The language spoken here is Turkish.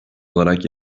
olarak